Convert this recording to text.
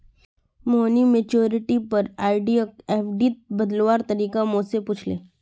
मोहिनी मैच्योरिटीर पर आरडीक एफ़डीत बदलवार तरीका मो से पूछले